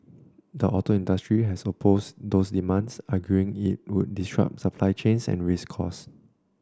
the auto industry has opposed those demands arguing it would disrupt supply chains and raise costs